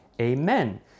Amen